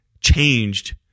changed